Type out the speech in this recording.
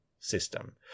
system